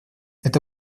это